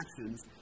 actions